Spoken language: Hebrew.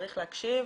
צריך להקשיב,